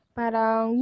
parang